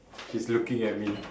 she's looking at me